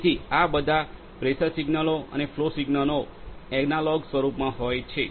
જેથી બધા દબાણપ્રેસર સિગ્નલો અને ફ્લો સિગ્નલો એનાલોગ સ્વરૂપમાં હોય છે